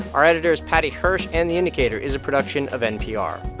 our editor is paddy hirsch, and the indicator is a production of npr